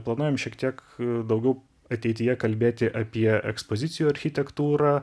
planuojam šiek tiek daugiau ateityje kalbėti apie ekspozicijų architektūrą